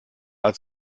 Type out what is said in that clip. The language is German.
als